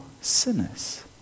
sinners